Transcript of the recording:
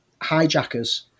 hijackers